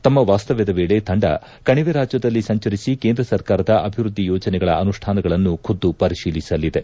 ತಮ್ನ ವಾಸ್ತವ್ನದ ವೇಳೆ ತಂಡ ಕಣಿವೆ ರಾಜ್ಜದಲ್ಲಿ ಸಂಚರಿಸಿ ಕೇಂದ್ರ ಸರ್ಕಾರದ ಅಭಿವೃದ್ದಿ ಯೋಜನೆಗಳ ಅನುಷ್ಠಾನಗಳನ್ನು ಖುದ್ದು ಪರಿಶೀಲಿಸಲಿದೆ